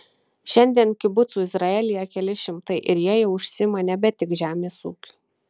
šiandien kibucų izraelyje keli šimtai ir jie jau užsiima nebe tik žemės ūkiu